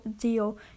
deal